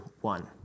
one